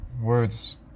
words